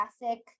classic